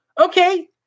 Okay